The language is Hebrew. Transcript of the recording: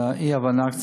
הייתה אי-הבנה,